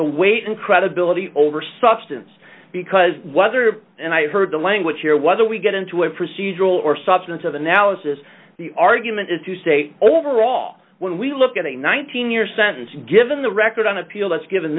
the weight and credibility over substance because whether and i heard the language here was or we get into a procedural or substance of analysis argument is to say overall when we look at a nineteen year sentence given the record on appeal that's given